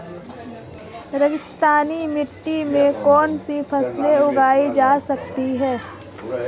रेगिस्तानी मिट्टी में कौनसी फसलें उगाई जा सकती हैं?